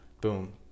Boom